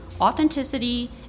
authenticity